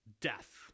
death